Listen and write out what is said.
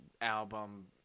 album